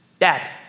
Dad